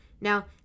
Now